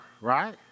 right